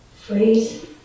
phrase